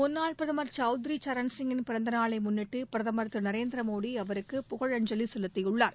முன்னாள் பிரதமர் சௌத்ரி சரண்சிங்கின் பிறந்தநாளை முன்னிட்டு பிரதமர் திரு நரேந்திர மோடி அவருக்கு புகழஞ்சலி செலுத்தியுள்ளார்